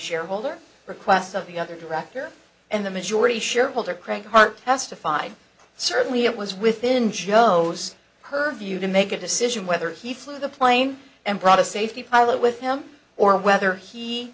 shareholder request of the other director and the majority shareholder craig hart testified certainly it was within joe's purview to make a decision whether he flew the plane and brought a safety pilot with him or whether he